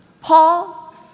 Paul